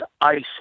ice